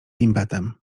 impetem